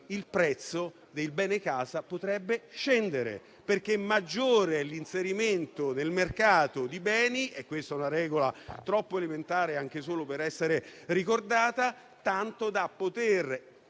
Il prezzo del bene casa potrebbe scendere, perché un maggiore inserimento del mercato di beni - questa è una regola troppo elementare anche solo per essere ricordata - può